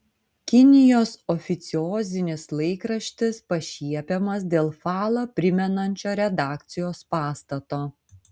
kinijos oficiozinis laikraštis pašiepiamas dėl falą primenančio redakcijos pastato